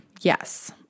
Yes